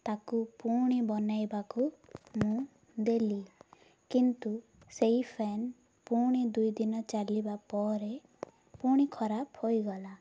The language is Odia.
ତାକୁ ପୁଣି ବନାଇବାକୁ ମୁଁ ଦେଲି କିନ୍ତୁ ସେଇ ଫ୍ୟାନ୍ ପୁଣି ଦୁଇଦିନ ଚାଲିବା ପରେ ପୁଣି ଖରାପ ହୋଇଗଲା